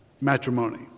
matrimony